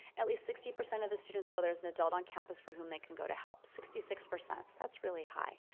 at least sixty percent of the students feel there is an adult on campus for whom they can go to help. sixty six, so that's really high.